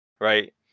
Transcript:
right